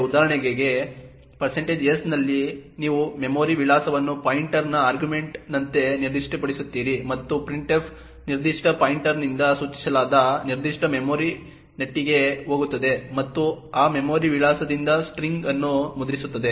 ಉದಾಹರಣೆಗೆ s ನಲ್ಲಿ ನೀವು ಮೆಮೊರಿ ವಿಳಾಸವನ್ನು ಪಾಯಿಂಟರ್ನ ಆರ್ಗ್ಯುಮೆಂಟ್ನಂತೆ ನಿರ್ದಿಷ್ಟಪಡಿಸುತ್ತೀರಿ ಮತ್ತು printf ನಿರ್ದಿಷ್ಟ ಪಾಯಿಂಟರ್ನಿಂದ ಸೂಚಿಸಲಾದ ನಿರ್ದಿಷ್ಟ ಮೆಮೊರಿಗೆ ಹೋಗುತ್ತದೆ ಮತ್ತು ಆ ಮೆಮೊರಿ ವಿಳಾಸದಿಂದ ಸ್ಟ್ರಿಂಗ್ ಅನ್ನು ಮುದ್ರಿಸುತ್ತದೆ